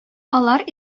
алар